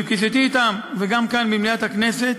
בפגישתי אתם, וגם כאן במליאת הכנסת,